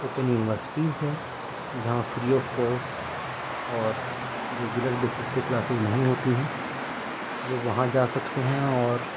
open universities ہیں جہاں free of cost اور ریگولر بیسس پہ کلاسیز نہیں ہوتی ہیں تو وہ وہاں جا سکتے ہیں اور